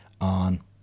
on